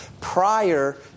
prior